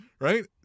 right